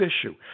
issue